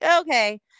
Okay